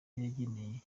yageneye